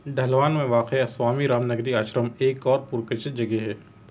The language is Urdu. ڈھلون میں واقع سوامی رام نگری آشرم ایک اور پرکشش جگہ ہے